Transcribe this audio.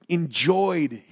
enjoyed